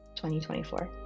2024